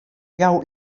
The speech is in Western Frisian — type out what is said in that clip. jou